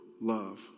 love